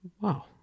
Wow